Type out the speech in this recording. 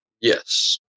Yes